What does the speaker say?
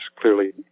clearly